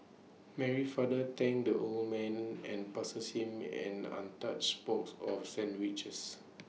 Mary's father thanked the old man and passed A same an untouched box of sandwiches